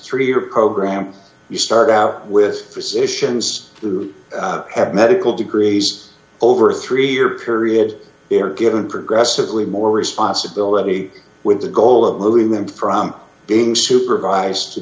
three year program you start out with physicians who have medical degrees over a three year period they are given progressively more responsibility with the goal of moving them from being supervised to